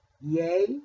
Yea